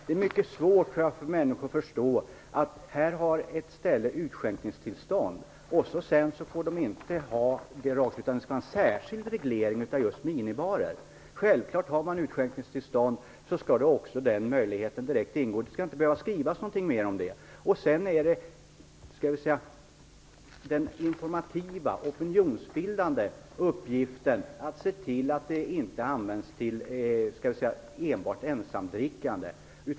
Det är mycket svårt för människor att förstå att ett ställe som har utskänkningstillstånd inte får ha minibarer - att det skall vara en särskild reglering för just minibarerna. Om man har utskänkningstillstånd skall man självfallet ha den här möjligheten. Det skall inte behöva skrivas någonting mer om det. Sedan är det den informativa, opinionsbildande uppgiften att se till att de inte används till enbart ensamdrickande.